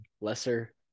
lesser